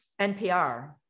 NPR